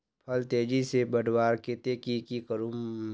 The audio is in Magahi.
फल तेजी से बढ़वार केते की की करूम?